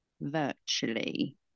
virtually